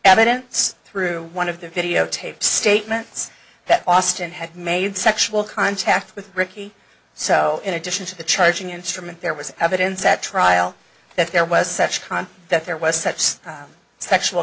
evidence through one of the videotape statements that austin had made sexual contact with ricky so in addition to the charging instrument there was evidence at trial that there was such concept that there was sex sexual